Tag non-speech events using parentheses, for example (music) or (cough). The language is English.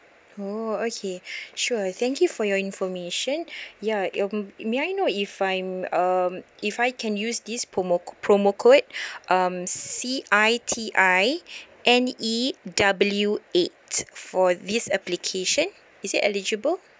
oh okay (breath) sure thank you for your information (breath) ya um may I know if I'm um if I can use this promo co~ promo code (breath) um C I T I (breath) N E W eight for this application is it eligible